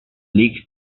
league